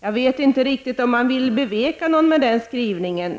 Jag vet inte vem man vill beveka med den skrivningen.